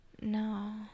No